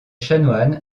chanoine